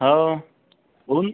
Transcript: हो हून